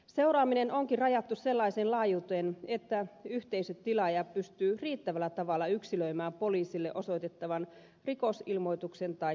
seuraaminen onkin rajattu sellaiseen laajuuteen että yhteisötilaaja pystyy riittävällä tavalla yksilöimään poliisille osoitettavan rikosilmoituksen tai tutkintapyynnön